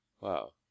Wow